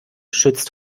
schützt